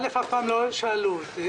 אף פעם לא שאלו אותי.